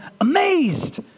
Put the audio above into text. amazed